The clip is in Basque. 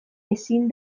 ezin